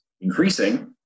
Increasing